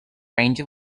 range